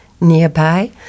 nearby